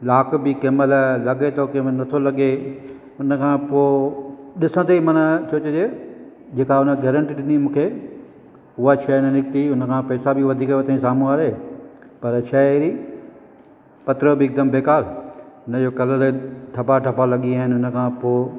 lock बि कंहिं महिल लॻे थो कंहिं महिल नथो लॻे हुन खां पोइ ॾिसंदे ई माना सोचजे जेका हुन गैरंटी ॾिनी मूंखे उहा शइ न निकती उन खां पैसा बि वधीक वरितई साम्हूं वारे पर शइ अहिड़ी पत्र बि हिकदमु बेकारु हुन जो कलर ठपा ठपा लॻी विया आहिनि हुन खां पोइ